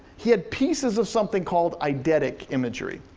he had pieces of something called eye detic imagery.